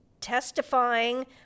testifying